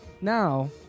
now